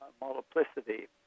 multiplicity